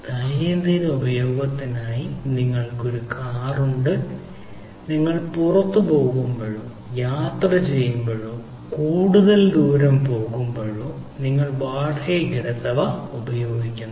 ദൈനംദിന ഉപയോഗത്തിനായി നിങ്ങൾക്ക് ഒരു കാർ ഉണ്ട് നിങ്ങൾ പുറത്തു പോകുമ്പോഴോ യാത്ര ചെയ്യുമ്പോഴോ കൂടുതൽ ദൂരം പോകുമ്പോഴോ നിങ്ങൾ വാടകയ്ക്കെടുത്തവ ഉപയോഗിക്കുന്നു